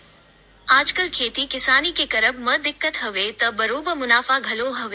आजकल खेती किसानी के करब म दिक्कत हवय त बरोबर मुनाफा घलो हवय